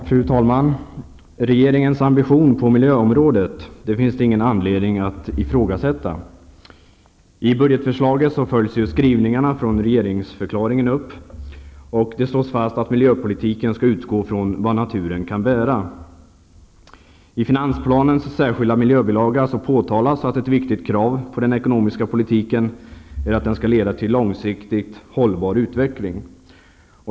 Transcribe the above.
Fru talman! Regeringens ambition på miljöområdet finns det ingen anledning att ifrågasätta. I budgetförslaget följs skrivningarna från regeringsförklaringen upp. Det slås fast att miljöpolitiken skall utgå från vad naturen kan bära. I finansplanens särskilda miljöbilaga påtalas att ett viktigt krav på den ekonomiska politiken är att den skall leda till långsiktigt hållbar utveckling.